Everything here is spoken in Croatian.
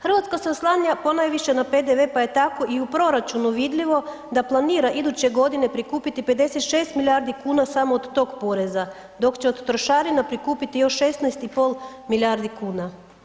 Hrvatska se oslanja ponajviše na PDV pa je tako i u proračunu vidljivo da planira iduće godine prikupiti 56 milijardi kuna samo od tog poreza, dok će od trošarina prikupiti još 16,5 milijardi kuna.